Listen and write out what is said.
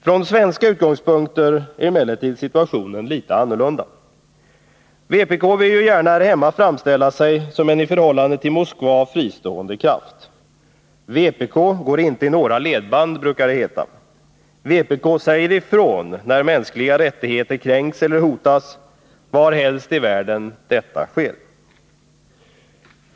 Från svenska utgångspunkter är emellertid situationen litet annorlunda. — Utrikesoch han Vpk vill ju gärna här hemma framställa sig som en i förhållande till Moskva delspolitisk debatt fristående kraft. Vpk går inte i några ledband, brukar det heta. Vpk säger ifrån när mänskliga rättigheter kränks eller hotas, varhelst i världen detta sker.